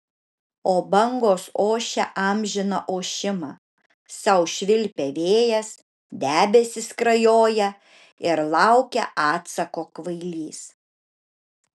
o bangos ošia amžiną ošimą sau švilpia vėjas debesys skrajoja ir laukia atsako kvailys